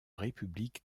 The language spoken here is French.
république